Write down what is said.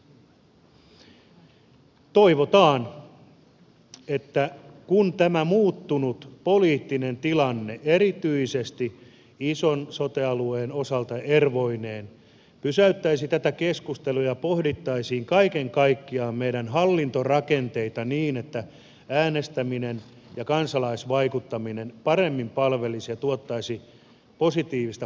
toivotaan että tämä muuttunut poliittinen tilanne erityisesti ison sote alueen osalta ervoineen pysäyttäisi tätä keskustelua ja pohdittaisiin kaiken kaikkiaan meidän hallintorakenteita niin että äänestäminen ja kansalaisvaikuttaminen paremmin palvelisivat ja tuottaisivat positiivista politiikan tekoa